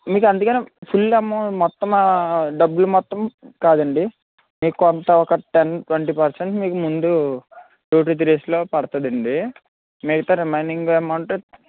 మీకు అందుకనే full amount మొత్తం డబ్బులు మొత్తం కాదండి మీకు కొంత ఒక టెన్ ట్వంటీ పర్సెంట్ మీకు ముందు టూ టు త్రీ డేస్లో పడుతుందండీ మిగతా రెమైనింగ్ అమౌంటు